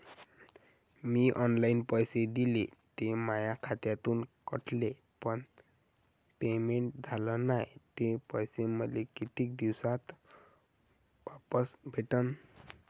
मीन online पैसे दिले, ते माया खात्यातून कटले, पण पेमेंट झाल नायं, ते पैसे मले कितीक दिवसात वापस भेटन?